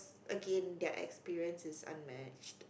again their experience is unmatched